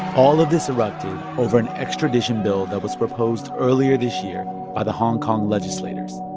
all of this erupted over an extradition bill that was proposed earlier this year by the hong kong legislators.